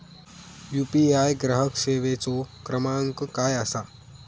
UPI ग्राहक सेवेचो क्रमांक काय असा?